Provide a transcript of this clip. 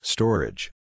Storage